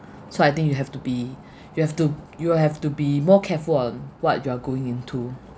so I think you have to be you have to you have to be more careful on what you are going into